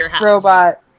Robot